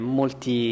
molti